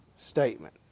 statement